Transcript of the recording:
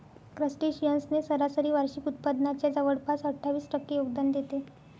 crustaceans ने सरासरी वार्षिक उत्पादनाच्या जवळपास अठ्ठावीस टक्के योगदान देते